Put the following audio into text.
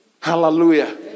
Hallelujah